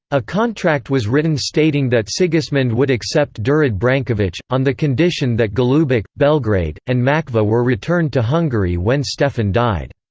a contract was written stating that sigismund would accept durad brankovic, on the condition that golubac, belgrade, and macva were returned to hungary when stefan died.